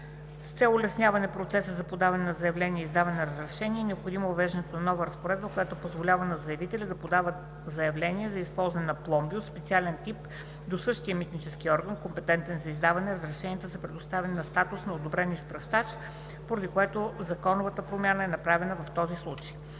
С цел улесняване процеса по подаване на заявления и издаване на разрешения е необходимо въвеждането на нова разпоредба, която позволява на заявителите да подават заявления за използване на пломби от специален тип до същия митнически орган, компетентен за издаване на разрешението за предоставяне на статус на одобрен изпращач, поради което законова промяна е направена и в този случай.